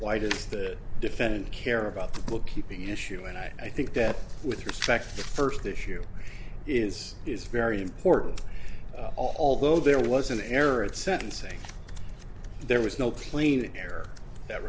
why does the defendant care about the bookkeeping issue and i think that with respect to first issue is is very important although there was an error at sentencing there was no clean air